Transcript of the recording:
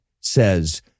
says